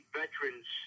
veterans